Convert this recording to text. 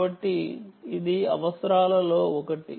కాబట్టి ఇది అవసరాలలో ఒకటి